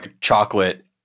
chocolate